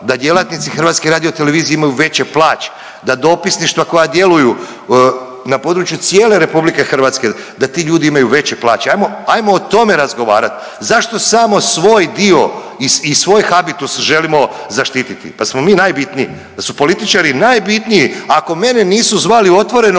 da djelatnici HRT-a imaju veće plaće, da dopisništva koja djeluju na području cijele RH da ti ljudi imaju veće plaće, ajmo, ajmo o tome razgovarat, zašto samo svoj dio i svoj habitus želimo zaštititi, pa jel smo mi najbitniji, da su političari najbitniji, ako mene nisu zvali u „Otvoreno“